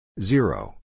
Zero